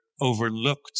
overlooked